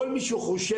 כל מי שחושב